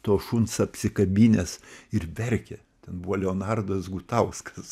to šuns apsikabinęs ir verkia ten buvo leonardas gutauskas